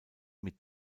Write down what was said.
mit